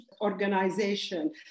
organization